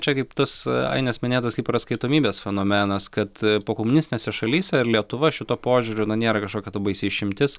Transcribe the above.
čia kaip tas ainės minėtas hiperatskaitomybės fenomenas kad pokomunistinėse šalyse ir lietuva šituo požiūriu na nėra kažkokia ta baisi išimtis